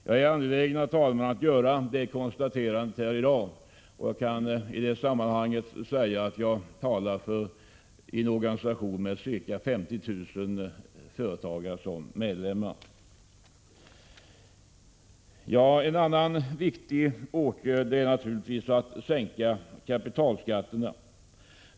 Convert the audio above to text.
Jag är angelägen att i dag få göra detta konstaterande och jag kan i det sammanhanget säga att jag talar för en organisation med ca 50 000 företagare som medlemmar. En annan viktig åtgärd är att sänka kapitalskatterna.